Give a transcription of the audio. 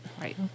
Right